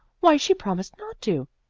why, she promised not to.